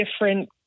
different